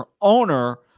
owner